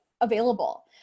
available